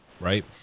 right